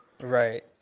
Right